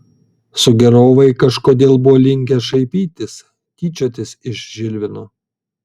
sugėrovai kažkodėl buvo linkę šaipytis tyčiotis iš žilvino